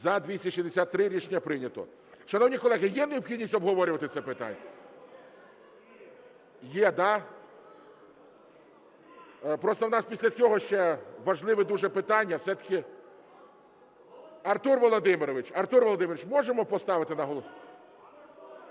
За-263 Рішення прийнято. Шановні колеги, є необхідність обговорювати це питання? Є, да? Просто у нас після цього ще важливе дуже питання. Артур Володимирович, можемо поставити на голосування?